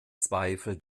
zweifel